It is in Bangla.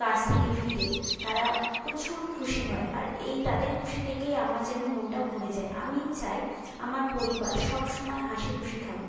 কাজ থেকে ফিরে তারা প্রচুর খুশি হয় আর এই তাদের খুশি দেখেই আমার যেন মনটা ভরে যায় আমি চাই আমার পরিবার সবসময় হাসি খুশি থাকুক